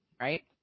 Right